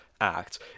act